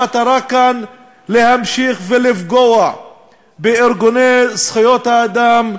המטרה כאן היא להמשיך ולפגוע בארגוני זכויות האדם,